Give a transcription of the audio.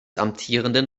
amtierenden